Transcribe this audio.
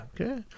okay